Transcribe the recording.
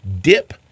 dip